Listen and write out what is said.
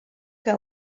que